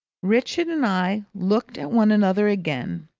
richard and i looked at one another again.